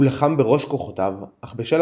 הוא לחם בראש כוחותיו, אך בשל